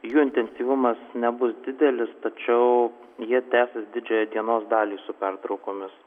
jų intensyvumas nebus didelis tačiau jie tęsis didžiąją dienos dalį su pertraukomis